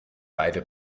beide